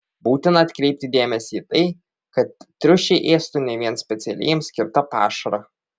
būtina atkreipti dėmesį į tai kad triušiai ėstų ne vien specialiai jiems skirtą pašarą